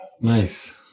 Nice